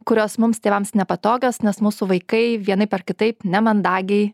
kurios mums tėvams nepatogios nes mūsų vaikai vienaip ar kitaip nemandagiai